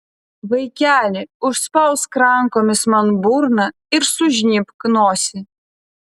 vaikeli užspausk rankomis man burną ir sužnybk nosį